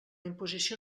imposició